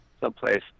someplace